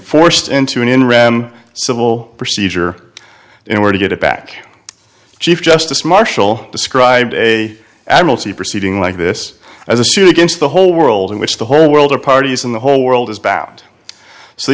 forced into an interim civil procedure in order to get it back chief justice marshall described a admiralty proceeding like this as a suit against the whole world in which the whole world or parties in the whole world is bound so the